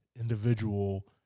individual